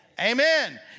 Amen